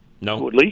no